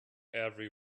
every